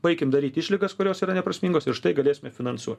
baikim daryt išlygas kurios yra neprasmingos ir štai galėsime finansuot